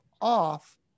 off